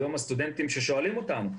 היום הסטודנטים שואלים אותנו.